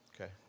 Okay